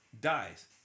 Dies